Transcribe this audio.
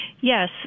Yes